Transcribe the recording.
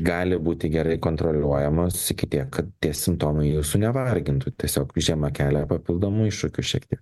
gali būti gerai kontroliuojamos iki tiek kad tie simptomai jūsų nevargintų tiesiog žema kelia papildomų iššūkių šiek tiek